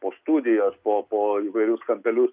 po studijas po po įvairius kampelius